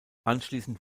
anschließend